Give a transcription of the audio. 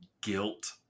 guilt